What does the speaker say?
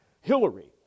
Hillary